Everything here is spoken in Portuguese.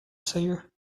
sair